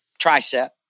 tricep